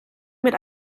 mit